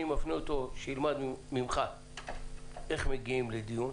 אני מפנה אותו ללמוד ממך איך מגיעים לדיון,